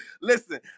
listen